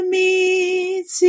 meet